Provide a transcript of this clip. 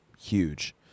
huge